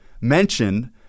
mentioned